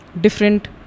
different